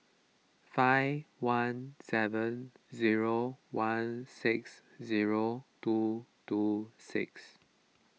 five one seven zero one six zero two two six